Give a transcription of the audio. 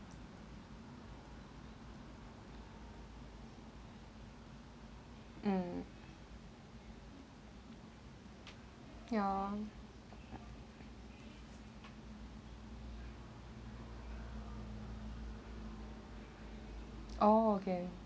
um ya oh okay